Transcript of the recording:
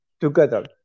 together